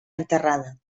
enterrada